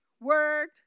word